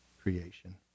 creation